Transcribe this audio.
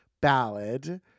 ballad